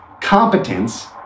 Competence